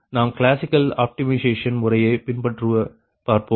நாம் classical optimization முறையை பின்பற்றி பார்ப்போம்